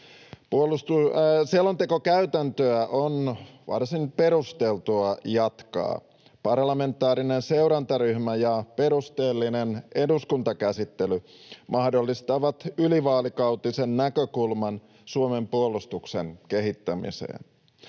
Selontekokäytäntöä on varsin perusteltua jatkaa. Parlamentaarinen seurantaryhmä ja perusteellinen eduskuntakäsittely mahdollistavat ylivaalikautisen näkökulman Suomen puolustuksen kehittämiseen.